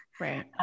Right